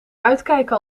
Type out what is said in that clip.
uitkijken